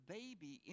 baby